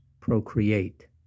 procreate